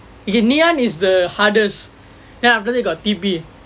okay ngee ann is the hardest then after that got T_P